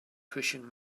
pushing